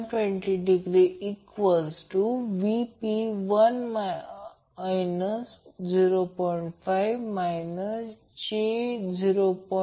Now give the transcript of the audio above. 2 j XC 2 Ω घेतले जाईल म्हणजेRL 2